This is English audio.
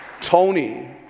Tony